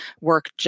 work